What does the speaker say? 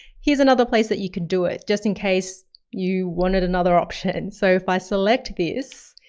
here's another place that you can do it just in case you wanted another option. so if i select this,